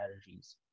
strategies